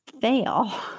fail